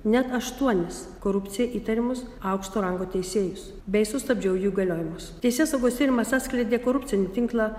net aštuonis korupcija įtariamus aukšto rango teisėjus bei sustabdžiau jų įgaliojimus teisėsaugos tyrimas atskleidė korupcinį tinklą